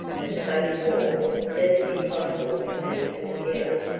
but so small that it's impossible to piece them together,